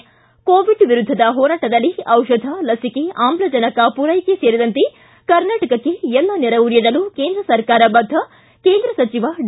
ಿ ಕೋವಿಡ್ ವಿರುದ್ಧದ ಹೋರಾಟದಲ್ಲಿ ದಿಷಧ ಲಸಿಕೆ ಆಮ್ಲಜನಕ ಪೂರೈಕೆ ಸೇರಿದಂತೆ ಕರ್ನಾಟಕಕ್ಕೆ ಎಲ್ಲ ನೆರವು ನೀಡಲು ಕೇಂದ್ರ ಸರ್ಕಾರ ಬದ್ದ ಕೇಂದ್ರ ಸಚಿವ ಡಿ